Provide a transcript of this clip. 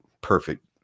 perfect